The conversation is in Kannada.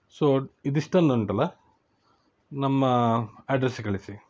ಸೊ ಇದಿಷ್ಟನ್ನ ಉಂಟಲ್ಲ ನಮ್ಮ ಅಡ್ರೆಸ್ಸಿಗೆ ಕಳಿಸಿ